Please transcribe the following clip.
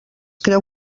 creu